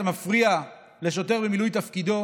אתה מפריע לשוטר במילוי תפקידו.